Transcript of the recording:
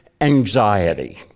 anxiety